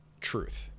truth